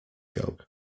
joke